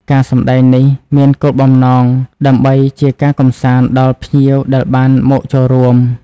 ការសម្តែងនេះមានគោលបំណងដើម្បីជាការកម្សាន្តដល់ភ្ញៀវដែលបានមកចូលរួម។